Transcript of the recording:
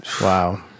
Wow